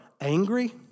angry